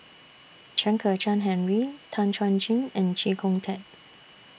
Chen Kezhan Henri Tan Chuan Jin and Chee Kong Tet